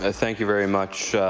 ah thank you very much,